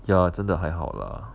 ya 真的还好 lah